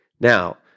Now